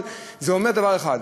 זה אומר דבר אחד,